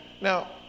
now